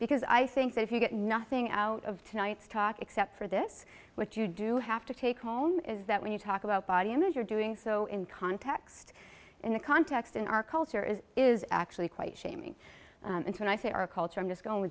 because i think that if you get nothing out of tonight's talk except for this what you do have to take home is that when you talk about body image or doing so in context in a context in our culture is is actually quite shaming and when i say our culture i'm just going